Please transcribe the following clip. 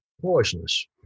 poisonous